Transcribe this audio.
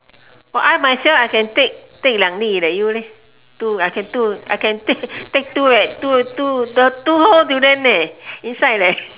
oh I myself I can take take 两粒 leh you leh two I can two I can take take two at two two the two whole durian leh inside leh